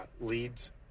leads